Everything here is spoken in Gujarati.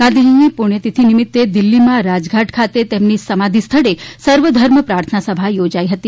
ગાંધીજીની પુસ્થતિથિ નિમિત્તે દિલ્હીમાં રાજઘાટ ખાતે તેમની સમાધી સ્થળે સર્વધર્મ પ્રાર્થના સભા યોજાઇ હતી